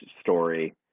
story